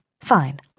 Fine